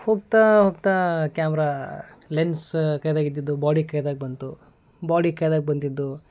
ಹೋಗ್ತಾ ಹೋಗ್ತಾ camera lens ಕೈಯಾಗಿದ್ದಿದ್ದು ಬಾಡಿ ಕೈಯಾಗ್ ಬಂತು ಬಾಡಿ ಕೈಯಾಗ್ ಬಂದಿದ್ದು